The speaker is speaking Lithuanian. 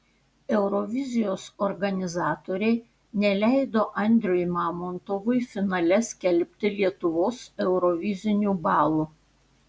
eurovizijos organizatoriai neleido andriui mamontovui finale skelbti lietuvos eurovizinių balų